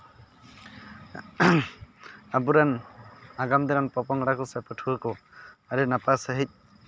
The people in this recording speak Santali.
ᱟᱵᱩ ᱨᱮᱱ ᱟᱜᱟᱢ ᱫᱤᱱ ᱨᱮᱱ ᱯᱚᱼᱯᱚᱝᱲᱟ ᱠᱚ ᱥᱮ ᱯᱟᱹᱴᱷᱣᱟᱹ ᱠᱚ ᱟᱹᱰᱤ ᱱᱟᱯᱟᱭ ᱥᱟᱺᱦᱤᱡ